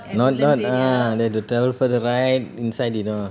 not not ah they have to travel further right inside you know